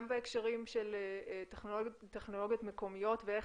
גם בהקשרים של טכנולוגיות מקומיות ואיך